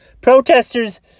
Protesters